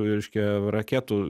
reiškia raketų